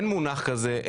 אין מונח כזה,